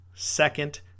second